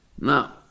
Now